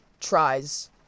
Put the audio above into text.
tries